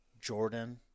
Jordan